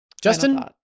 Justin